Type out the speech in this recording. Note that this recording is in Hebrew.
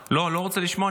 לא, אני לא רוצה לשמוע.